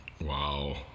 Wow